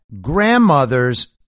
grandmothers